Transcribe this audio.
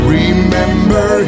remember